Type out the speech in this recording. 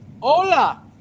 hola